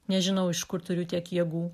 nežinau iš kur turiu tiek jėgų